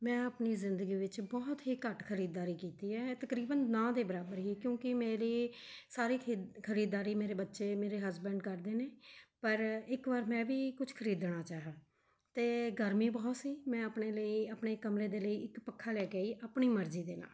ਮੈਂ ਆਪਣੀ ਜ਼ਿੰਦਗੀ ਵਿੱਚ ਬਹੁਤ ਹੀ ਘੱਟ ਖਰੀਦਦਾਰੀ ਕੀਤੀ ਹੈ ਤਕਰੀਬਨ ਨਾ ਦੇ ਬਰਾਬਰ ਹੀ ਕਿਉਂਕਿ ਮੇਰੀ ਸਾਰੀ ਖੀ ਖਰੀਦਦਾਰੀ ਮੇਰੇ ਬੱਚੇ ਮੇਰੇ ਹਸਬੈਂਡ ਕਰਦੇ ਨੇ ਪਰ ਇੱਕ ਵਾਰ ਮੈਂ ਵੀ ਕੁਛ ਖਰੀਦਣਾ ਚਾਹਿਆ ਅਤੇ ਗਰਮੀ ਬਹੁਤ ਸੀ ਮੈਂ ਆਪਣੇ ਲਈ ਆਪਣੇ ਕਮਰੇ ਦੇ ਲਈ ਇੱਕ ਪੱਖਾ ਲੈ ਕੇ ਆਈ ਆਪਣੀ ਮਰਜ਼ੀ ਦੇ ਨਾਲ